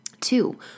Two